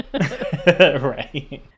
right